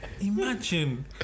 Imagine